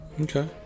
okay